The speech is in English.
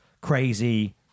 crazy